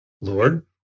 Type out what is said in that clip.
Lord